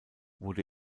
wurde